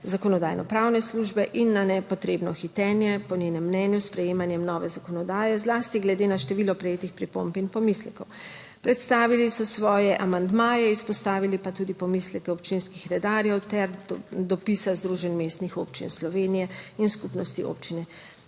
Zakonodajno-pravne službe in na nepotrebno hitenje po njenem mnenju s sprejemanjem nove zakonodaje, zlasti glede na število prejetih pripomb in pomislekov. Predstavili so svoje amandmaje, izpostavili pa tudi pomisleke občinskih redarjev ter dopisa Združenj mestnih občin Slovenije in Skupnosti občin Slovenije.